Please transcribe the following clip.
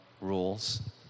rules